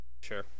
Sure